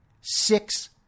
six